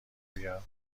بیاد